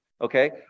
Okay